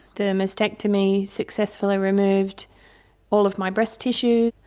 the mastectomy successfully removed all of my breast tissue.